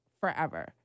forever